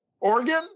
Oregon